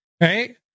right